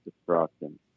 destruction